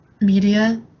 media